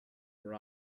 were